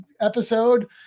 episode